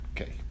Okay